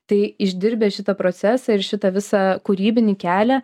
tai išdirbę šitą procesą ir šitą visą kūrybinį kelią